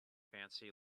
fancy